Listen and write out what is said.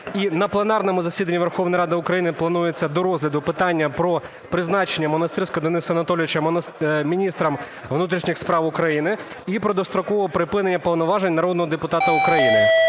І на пленарному засіданні Верховної Ради України планується до розгляду питання про призначення Монастирського Дениса Анатолійовича міністром внутрішніх справ України і про дострокове припинення повноважень народного депутата України.